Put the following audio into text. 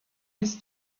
his